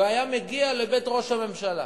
הוא היה מגיע לבית ראש הממשלה